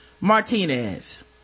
Martinez